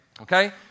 okay